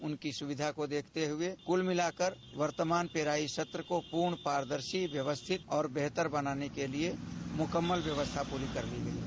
उनकी सुविधा को देखते हुए कुल मिलाकर वर्तमान पेराई सत्र को पूर्ण पारदर्शी व्यवस्थित और बेहतर बनाने के लिए मुकम्मल व्यवस्था कर ली गई है